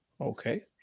Okay